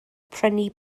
prynu